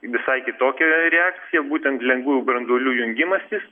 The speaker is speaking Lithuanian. visai kitokia reakcija būtent lengvųjų branduolių jungimasis